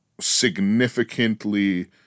significantly